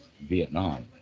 Vietnam